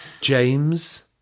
James